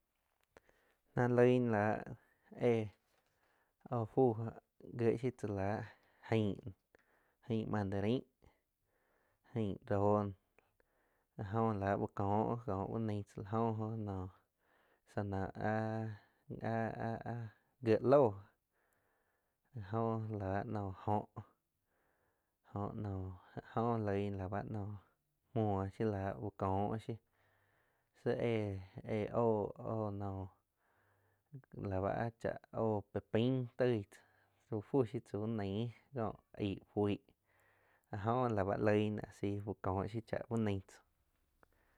Náh loig ná láh éh óh fúu gie shiu tzá láh aing, aing mandarain, aing róh noh áh jo la uh kóh kó úh nain tzá lá jo oh no zana áh, áh-áh gie lóh la góh la bá noh óh óh naum. áh jo log na a ba naum muo shiu la úh có shiuh sí éh-éh óh, óh noh lá báh áh cháh óh pepain toig tzá úh fú shiu tzáh úh nain kó aig fuih áh jo la bá loig náh asi úh kó shiu cha úh nai tzá.